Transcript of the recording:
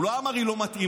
הוא לא אמר היא לא מתאימה,